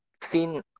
seen